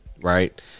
Right